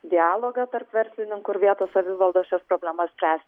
dialogą tarp verslininkų ir vietos savivaldos šias problemas spręsti